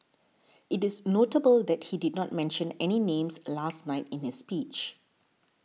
it is notable that he did not mention any names last night in his speech